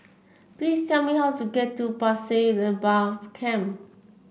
please tell me how to get to Pasir Laba Camp